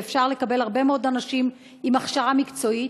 ואפשר לקבל הרבה מאוד אנשים עם הכשרה מקצועית,